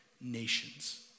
nations